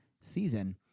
season